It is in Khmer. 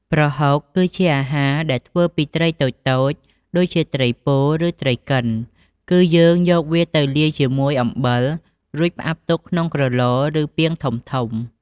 ប្រហុក គឺជាអាហារដែលធ្វើពីត្រីតូចៗដូចជាត្រីពោ ឬត្រីកិន គឺយើងយកវាទៅលាយជាមួយអំបិល រួចផ្អាប់ទុកក្នុងក្រឡ ឬពាងធំៗ។